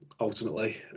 Ultimately